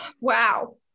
Wow